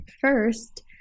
first